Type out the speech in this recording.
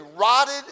rotted